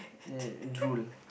uh drool